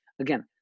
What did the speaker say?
Again